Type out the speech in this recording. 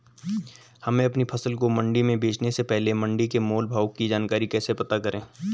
हमें अपनी फसल को मंडी में बेचने से पहले मंडी के मोल भाव की जानकारी कैसे पता करें?